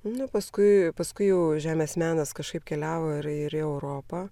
nu paskui paskui žemės menas kažkaip keliavo ir ir į europą